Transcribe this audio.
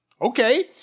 Okay